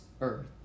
earth